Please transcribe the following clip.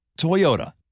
Toyota